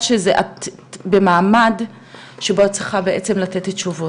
שאת במעמד שבו את צריכה בעצם לתת תשובות,